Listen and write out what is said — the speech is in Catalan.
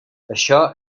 això